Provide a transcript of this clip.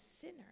sinner